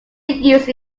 used